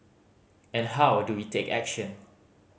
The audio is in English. and how do we take action